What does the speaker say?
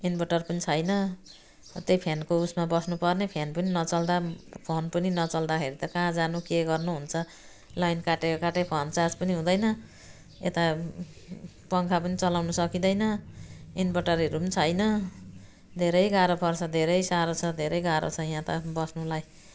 inverter पनि छैन त्यही फेनको उयसमा बस्नु पर्ने फेन पनि नचल्दा फेन पनि नचल्दाखेरि त कहाँ जानु के गर्नु हुन्छ लाइन काटेको काटेकै फोन चार्ज पनि हुँदैन यता पङ्खा पनि चलाउनु सकिँदैन इन्भर्टरहरू छैन धेरै गाह्रो पर्छ धेरै साह्रो छ धेरै गाह्रो छ यहाँ त बस्नुलाई